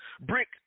brick